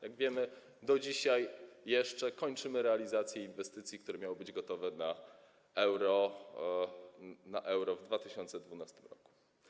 Jak wiemy, do dzisiaj jeszcze kończymy realizację inwestycji, które miały być gotowe na Euro w 2012 r.